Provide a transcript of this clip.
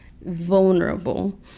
vulnerable